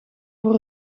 voor